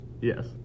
Yes